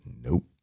nope